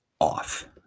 off